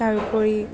তাৰোপৰি